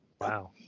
Wow